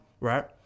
right